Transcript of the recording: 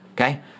Okay